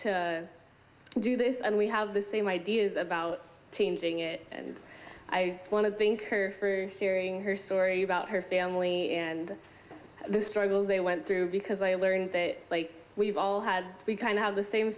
so do this and we have the same ideas about changing it and i want to think her hearing her story about her family and the struggles they went through because i learned that we've all had we kind of have the same